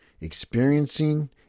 experiencing